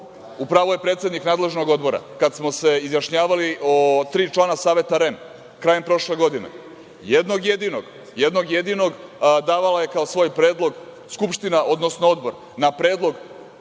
pravu je predsednik nadležnog odbora, kada smo se izjašnjavali o tri člana Saveta REM krajem prošle godine, jednog jedinog davala je kao svoj predlog Skupština, odnosno odbor na predlog